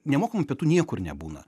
nemokamų pietų niekur nebūna